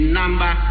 number